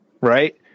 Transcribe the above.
right